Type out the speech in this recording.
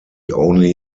only